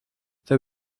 they